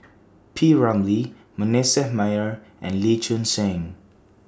P Ramlee Manasseh Meyer and Lee Choon Seng